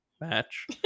match